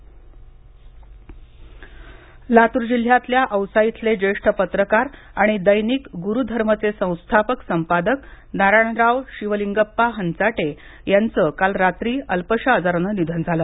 निधन लातूर जिल्ह्यातल्या औसा इथले ज्येष्ठ पत्रकार आणि दैनिक गुरुधर्म चे संस्थापक संपादक नारायणराव शिवलिंगप्पा हंचाटे याचं काल रात्री अल्पशा आजाराने निधन झालं